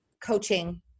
coaching